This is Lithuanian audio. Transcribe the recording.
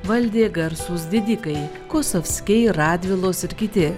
valdė garsūs didikai kosovskiai radvilos ir kiti